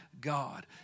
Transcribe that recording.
God